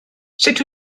sut